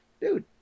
Dude